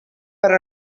per